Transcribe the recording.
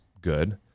good